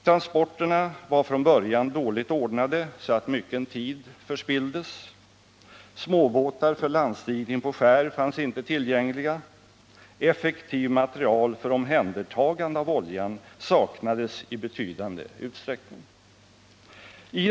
Transporterna var från början dåligt ordnade så att mycken tid förspilldes, småbåtar för landstigning på skär fanns inte tillgängliga, effektiv material för omhändertagande av oljan saknades i betydande utsträckning.